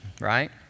right